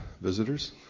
visitors